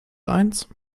eins